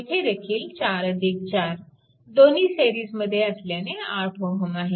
येथेदेखील 44 दोन्ही सिरीजमध्ये असल्याने 8 Ω आहे